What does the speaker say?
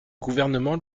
gouvernement